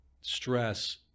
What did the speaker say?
stress